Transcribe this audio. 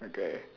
okay